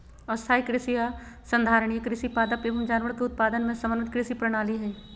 स्थाई कृषि या संधारणीय कृषि पादप एवम जानवर के उत्पादन के समन्वित कृषि प्रणाली हई